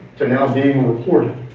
to now being reported.